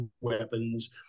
weapons